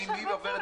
יש הרבה צורך.